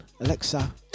Alexa